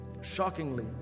Shockingly